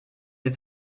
wir